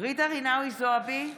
ג'ידא רינאוי זועבי,